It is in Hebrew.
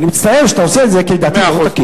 אני מצטער שאתה עושה את זה, כי לדעתי זה לא תקין.